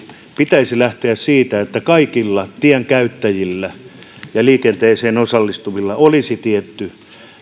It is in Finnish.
pitäisi lähteä siitä että kaikilla tienkäyttäjillä ja liikenteeseen osallistuvilla olisi tietty